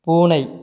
பூனை